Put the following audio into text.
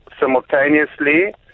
simultaneously